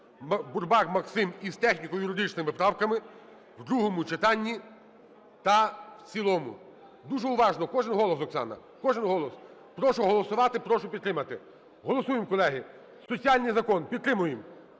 Бурбак Максим, і з техніко-юридичними правками у другому читанні та в цілому. Дуже уважно. Кожен голос, Оксано! Кожен голос. Прошу голосувати, прошу підтримати. Голосуємо, колеги! Соціальний закон, підтримуємо.